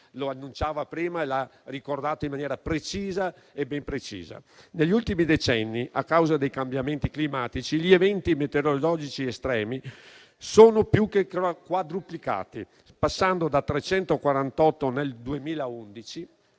lo annunciava prima e lo ha ricordato in maniera ben precisa. Negli ultimi decenni, a causa dei cambiamenti climatici, gli eventi metereologici estremi sono più che quadruplicati, passando da 348 nel 2011